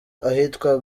ahitwa